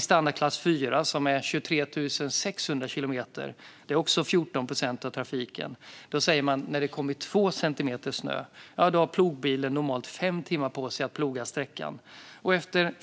Standardklass 4, som är 23 600 kilometer, är också 14 procent av trafiken. När det har kommit två centimeter snö har plogbilen normalt fem timmar på sig att ploga sträckan.